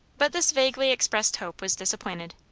but this vaguely expressed hope was disappointed.